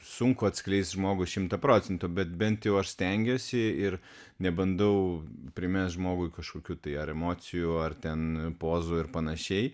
sunku atskleisti žmogų šimtą procentų bet bent jau aš stengiuosi ir nebandau primest žmogui kažkokių tai ar emocijų ar ten pozų ir panašiai